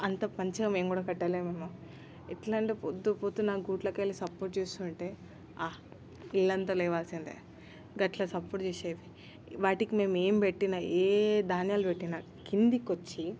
అంత మంచిగా మేము కూడా కట్టలేమేమో ఎట్లా అంటే ప్రొద్దు ప్రొద్దున్నే ఆ గూట్లోకి వెళ్ళి చప్పుడు చేస్తుంటే ఇళ్ళంతా లేవాల్సిందే గట్లా చప్పుడు చేసేవి వాటికి మేము ఏం పెట్టినా ఏ ధాన్యాలు పెట్టినా క్రిందికి వచ్చి